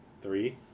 Three